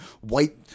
white